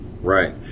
Right